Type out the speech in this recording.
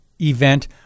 Event